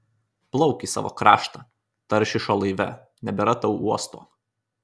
plauk į savo kraštą taršišo laive nebėra tau uosto